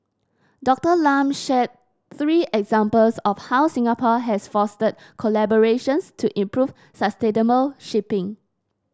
Doctor Lam shared three examples of how Singapore has fostered collaborations to improve sustainable shipping